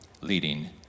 Leading